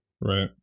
right